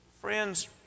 Friends